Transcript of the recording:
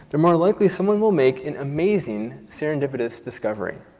the more likely someone will make an amazing serendipitious discovery.